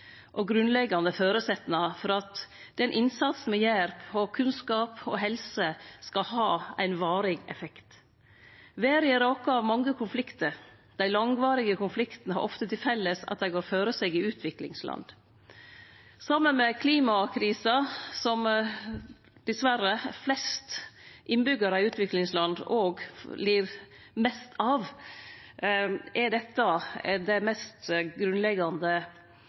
og ein grunnleggjande føresetnad for at den innsatsen me gjer på kunnskap og helse, skal ha ein varig effekt. Verda er råka av mange konfliktar, og dei langvarige konfliktane har ofte til felles at dei går føre seg i utviklingsland. Saman med klimakrisa, som diverre flest innbyggjarar i utviklingsland òg lir mest under, er dette den mest